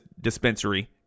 dispensary